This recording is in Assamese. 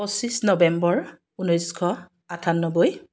পঁচিছ নৱেম্বৰ ঊনৈছশ আঠান্নব্বৈ